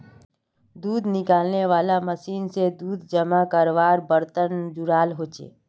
दूध निकालनेवाला मशीन से दूध जमा कारवार बर्तन जुराल होचे